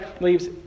leaves